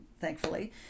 thankfully